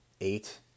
eight